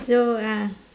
so ah